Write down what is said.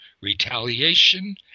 retaliation